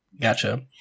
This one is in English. Gotcha